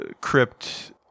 crypt